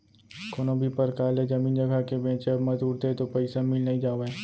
कोनो भी परकार ले जमीन जघा के बेंचब म तुरते तो पइसा मिल नइ जावय